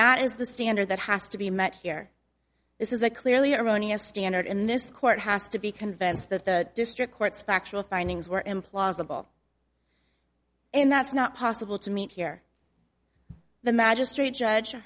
that is the standard that has to be met here this is a clearly erroneous standard in this court has to be convinced that the district court spectral findings were implausible and that's not possible to meet here the magistrate judge he